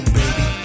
baby